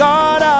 God